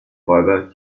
räuber